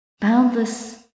Boundless